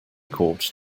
court